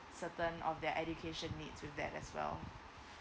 certain of their education needs with that as well